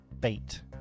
Bait